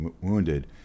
wounded